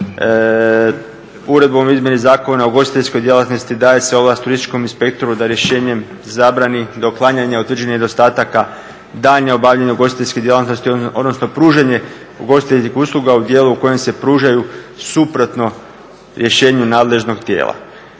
Uredbom o izmjeni Zakona o ugostiteljskoj djelatnosti daje se ovlast turističkom inspektoru da rješenjem zabrani da uklanjanje utvrđenih nedostataka daljnje obavljanje ugostiteljskih djelatnosti odnosno pružanje ugostiteljskih usluga u dijelu u kojem se pružaju suprotno rješenju nadležnog tijela.